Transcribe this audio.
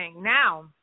Now